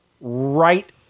right